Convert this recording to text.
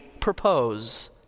propose